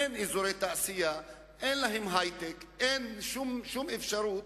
אין אזורי תעשייה, אין להם היי-טק, אין שום אפשרות